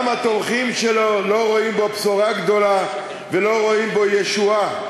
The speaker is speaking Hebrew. גם התומכים שלו לא רואים בו בשורה גדולה ולא רואים בו ישועה.